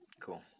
Cool